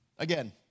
Again